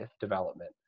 development